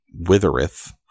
withereth